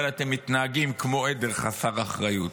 אבל אתם מתנהגים כמו עדר חסר אחריות.